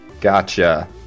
Gotcha